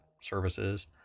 services